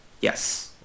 Yes